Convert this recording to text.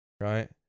right